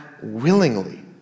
willingly